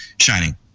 Shining